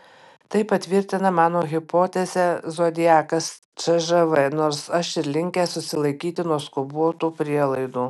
tai patvirtina mano hipotezę zodiakas cžv nors aš ir linkęs susilaikyti nuo skubotų prielaidų